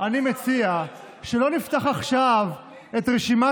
אני מציע שלא נפתח עכשיו את רשימת